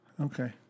Okay